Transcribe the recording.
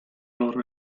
loro